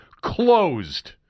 closed